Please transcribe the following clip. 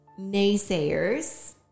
naysayers